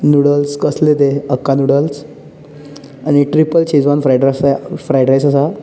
noodles कसले ते Hakka noodles आनी triple schezwan fried rice fried rice आसा